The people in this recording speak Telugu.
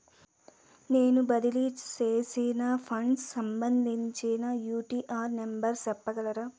నేను బదిలీ సేసిన ఫండ్స్ సంబంధించిన యూ.టీ.ఆర్ నెంబర్ సెప్పగలరా